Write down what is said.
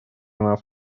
нас